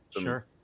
Sure